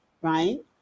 right